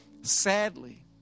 Sadly